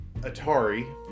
Atari